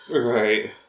Right